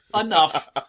enough